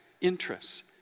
interests